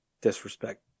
disrespect